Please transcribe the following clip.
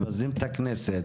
מבזים את הכנסת,